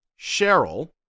Cheryl